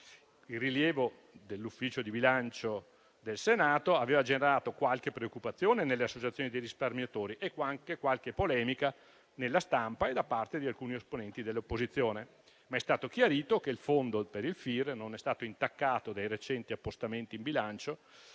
Il rilievo del Servizio del bilancio aveva generato qualche preoccupazione nelle associazioni dei risparmiatori e anche qualche polemica nella stampa e da parte di alcuni esponenti dell'opposizione. Ma è stato chiarito che il fondo per il FIR non è stato intaccato dai recenti appostamenti in bilancio